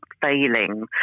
failing